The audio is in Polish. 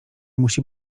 musi